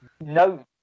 no